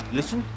Listen